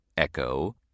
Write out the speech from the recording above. echo